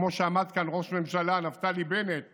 כמו שעמד כאן ראש הממשלה נפתלי בנט ואמר: